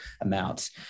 amounts